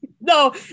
no